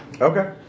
Okay